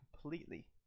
completely